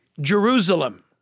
Jerusalem